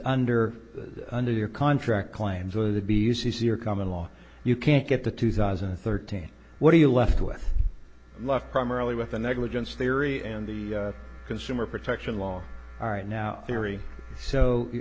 under under your contract claims with a b c c are common law you can't get the two thousand and thirteen what do you left with left primarily with a negligence theory and the consumer protection law alright now theory so you